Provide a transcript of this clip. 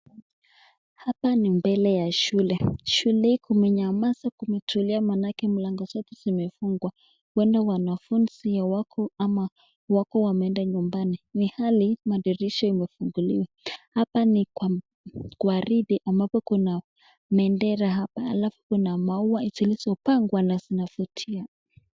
Hapa ni mbele ya shule. Shule kumenyamaza, kumetulia maanake milango zote zimefungwa. Huenda wanafuzi hawako ama wako wameenda nyumbani, ilhali madirisha imefunguliwa. Hapa ni kwa gwaride ambapo kuna bendera hapa, alafu kuna maua zilizopangwa na zinavutia.